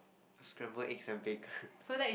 scramble eggs and bacon